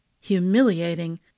Humiliating